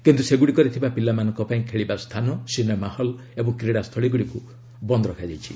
କିନ୍ତୁ ସେଗୁଡ଼ିକରେ ଥିବା ପିଲାମାନଙ୍କ ପାଇଁ ଖେଳିବାସ୍ଥାନ ସିନେମା ହଲ୍ ଓ କ୍ରୀଡ଼ାସ୍ଥଳୀଗୁଡ଼ିକୁ ବନ୍ଦ ରହିବ